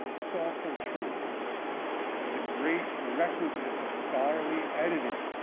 it's also true that the great requisite of scholarly editing